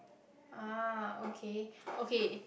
ah okay okay